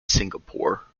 singapore